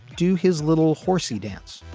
do his little horsey dance.